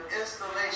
installation